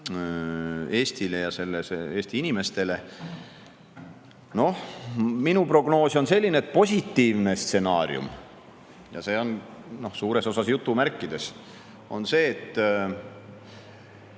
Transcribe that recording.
Eestile ja Eesti inimestele. Minu prognoos on selline: positiivne stsenaarium – ja see on suures osas jutumärkides – on see, et